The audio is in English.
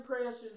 precious